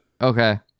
Okay